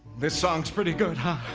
this song's pretty good, huh?